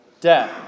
death